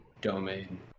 Domain